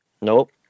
nope